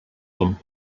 them